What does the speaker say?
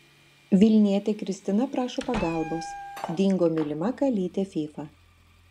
vilnietė kristina prašo pagalbos dingo mylima kalytė fyfa